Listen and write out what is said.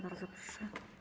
Bardzo proszę.